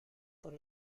por